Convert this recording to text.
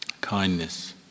kindness